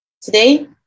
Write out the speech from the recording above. today